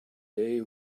they